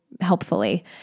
helpfully